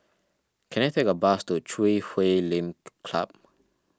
can I take a bus to Chui Huay Lim Club